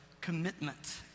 commitment